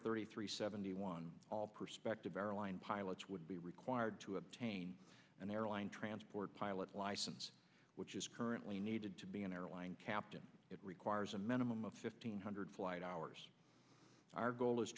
thirty three seventy one perspective airline pilots would be required to obtain an airline transport pilot license which is currently needed to be an airline captain it requires a minimum of fifteen hundred flight hours our goal is